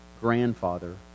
grandfather